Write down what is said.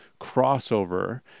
crossover